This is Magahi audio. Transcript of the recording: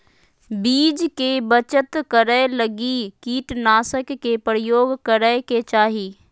बीज के बचत करै लगी कीटनाशक के प्रयोग करै के चाही